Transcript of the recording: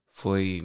foi